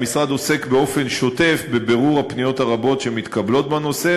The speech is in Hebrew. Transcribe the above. המשרד עוסק באופן שוטף בבירור הפניות הרבות שמתקבלות בנושא